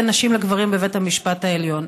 בין נשים לגברים בבית המשפט העליון.